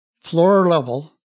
floor-level